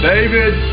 David